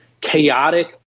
chaotic